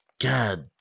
God